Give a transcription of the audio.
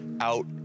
out